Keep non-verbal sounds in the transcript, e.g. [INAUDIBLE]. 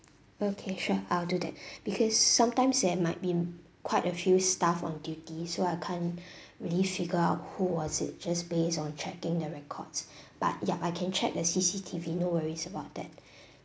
okay sure I'll do that [BREATH] because sometimes there might be quite a few staff on duty so I can't [BREATH] really figure out who was it just based on checking the records [BREATH] but ya I can check the C_C_T_V no worries about that [BREATH]